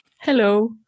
Hello